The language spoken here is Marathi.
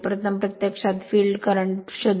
प्रथम प्रत्यक्षात फील्ड करंट शोधा